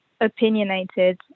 opinionated